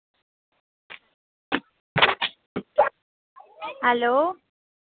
hello